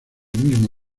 mismo